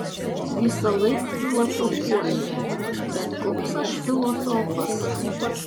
visąlaik filosofuoju bet koks aš filosofas